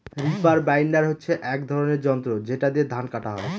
reaper binder হচ্ছে এক ধরনের যন্ত্র যেটা দিয়ে ধান কাটা হয়